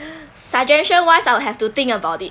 suggestion wise I would have to think about it